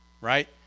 right